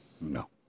No